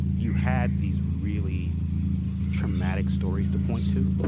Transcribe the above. you had these really traumatic stories to point to